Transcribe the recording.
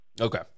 Okay